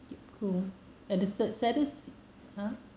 yup cool at the cert~ saddest ah